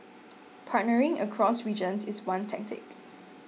partnering across regions is one tactic